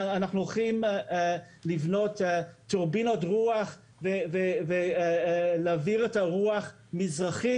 אנחנו הולכים לבנות טורבינות רוח ולהעביר את הרוח מזרחה,